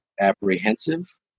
apprehensive